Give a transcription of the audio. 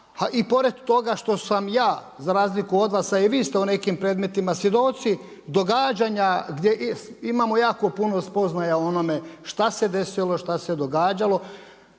i pored toga što sam ja za razliku od vas, a i vi ste u nekim predmetima svjedoci događanja gdje imamo jako puno spoznaja o onome šta se desilo, šta se događalo,